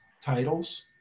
titles